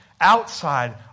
outside